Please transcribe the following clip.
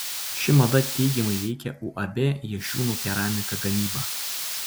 ši mada teigiamai veikia uab jašiūnų keramika gamybą